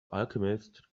alchemist